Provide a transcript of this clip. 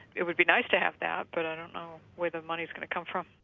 it would be nice to have that but i don't know where the money's going to come from.